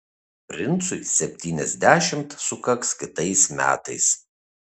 princui septyniasdešimt sukaks kitais metais